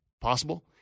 possible